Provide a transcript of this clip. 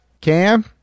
Cam